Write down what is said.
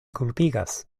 kulpigas